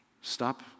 Stop